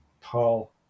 Paul